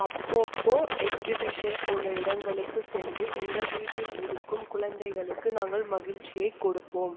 அப்பப்போ எக்சிபிஷன் போன்ற இடங்களுக்கு சென்று எங்கள் வீட்டில் இருக்கும் குழந்தைகளுக்கு நாங்கள் மகிழ்ச்சியை கொடுப்போம்